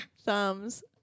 thumbs